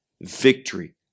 Victory